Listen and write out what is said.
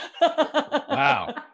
Wow